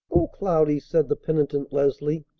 o cloudy! said the penitent leslie,